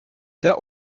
der